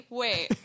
wait